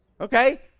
Okay